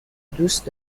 دوست